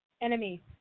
enemy